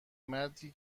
مردی